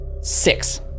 Six